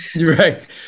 Right